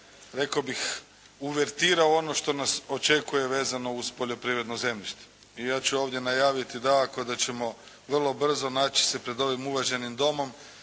rekao bih uvertira u ono što nas očekuje vezano uz poljoprivredno zemljište. I ja ću ovdje najaviti dakako da ćemo vrlo brzo naći se pred ovim uvaženim Domom